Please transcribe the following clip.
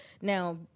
Now